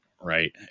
Right